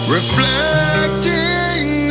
Reflecting